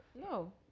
No